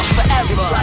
forever